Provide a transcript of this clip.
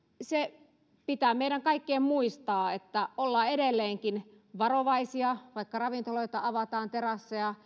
se pitää meidän kaikkien muistaa että ollaan edelleenkin varovaisia vaikka ravintoloita ja terasseja